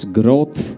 growth